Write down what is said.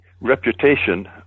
reputation